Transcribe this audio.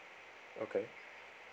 okay